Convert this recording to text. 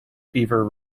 beaver